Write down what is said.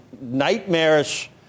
nightmarish